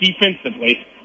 defensively